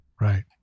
Right